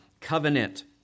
covenant